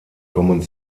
kommen